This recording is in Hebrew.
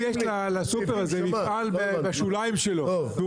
אם לסופר הזה יש מפעל בשוליים שלו והוא